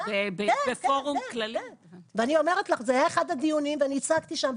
אני אומרת לך, זה היה אחד הדיונים, ואני הצגתי שם.